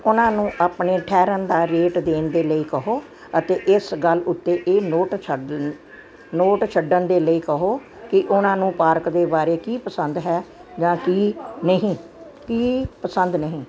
ਉਹਨਾਂ ਨੂੰ ਆਪਣੇ ਠਹਿਰਣ ਦਾ ਰੇਟ ਦੇਣ ਲਈ ਕਹੋ ਅਤੇ ਇਸ ਗੱਲ ਉੱਤੇ ਇਹ ਨੋਟ ਛੱਡਣ ਨੋਟ ਛੱਡਣ ਦੇ ਲਈ ਕਹੋ ਕਿ ਉਹਨਾਂ ਨੂੰ ਪਾਰਕ ਬਾਰੇ ਕੀ ਪਸੰਦ ਹੈ ਜਾਂ ਕੀ ਨਹੀਂ ਕੀ ਪਸੰਦ ਨਹੀਂ